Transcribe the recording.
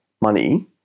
money